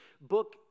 book